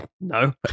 No